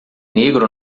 negro